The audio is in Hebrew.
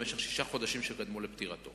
במשך שישה חודשים שקדמו לפטירתו